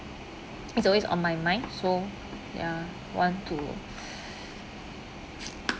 it's always on my mind so ya want to